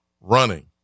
running